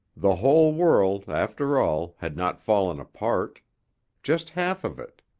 the whole world, after all, had not fallen apart just half of it.